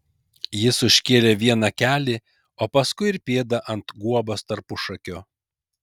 jis užkėlė vieną kelį o paskui ir pėdą ant guobos tarpušakio